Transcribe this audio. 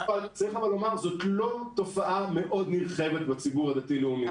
צריך אבל לומר שזו לא תופעה מאוד נרחבת בציבור הדתי-לאומי,